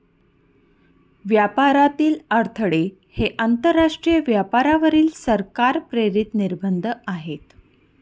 व्यापारातील अडथळे हे आंतरराष्ट्रीय व्यापारावरील सरकार प्रेरित निर्बंध आहेत